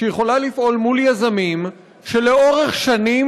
והיא יכולה לפעול מול יזמים שלאורך שנים